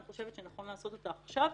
אני חושבת שנכון לעשות אותה עכשיו.